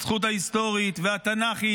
הזכות ההיסטורית והתנ"כית,